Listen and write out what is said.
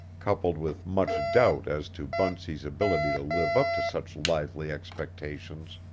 coupled with much doubt as to bunsey's ability to live up to such lively expectations,